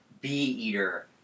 bee-eater